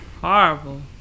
horrible